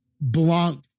Blanc